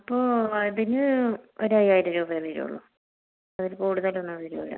അപ്പോൾ അതിന് ഒരു അയ്യായിരം രൂപയേ വരികയുള്ളു അതിൽ കൂടുതലൊന്നും വരില്ല